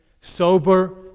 sober